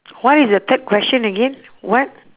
what is the third question again what